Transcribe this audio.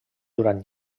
durant